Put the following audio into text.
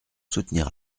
soutenir